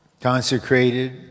Consecrated